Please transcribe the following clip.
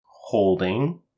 Holding